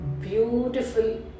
beautiful